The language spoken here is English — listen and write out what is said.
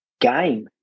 game